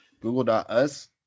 Google.us